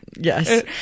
yes